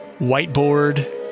whiteboard